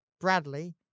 Bradley